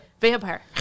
vampire